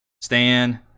Stan